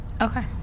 Okay